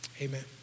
Amen